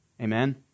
Amen